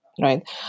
right